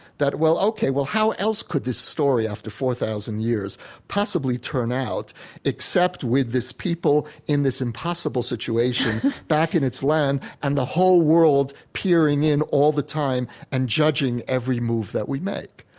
that, well, ok, how else could this story after four thousand years possibly turn out except with this people in this impossible situation back in its land and the whole world peering in all the time and judging every move that we make?